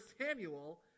Samuel